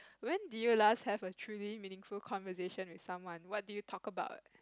when did you last have a truly meaningful conversation with someone what did you talk about